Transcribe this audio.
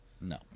No